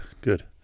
good